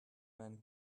men